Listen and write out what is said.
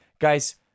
guys